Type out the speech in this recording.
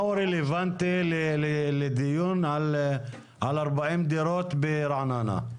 מה הוא רלוונטי לדיון על 40 דירות ברעננה?